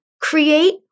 Create